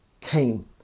came